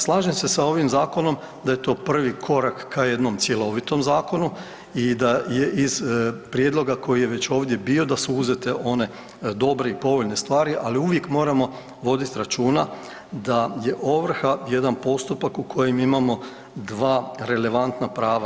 Slažem se sa ovim zakonom da je to prvi korak ka jednom cjelovitom zakonu i da je iz prijedloga koji je već ovdje bio da su uzete one dobre i povoljne stvari, ali uvijek moramo voditi računa da je ovrha jedna postupak u kojem imamo 2 relevantna prava.